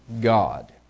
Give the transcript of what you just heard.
God